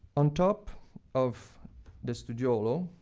on top of the studiolo.